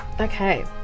Okay